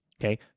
Okay